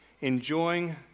enjoying